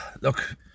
Look